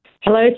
Hello